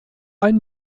ein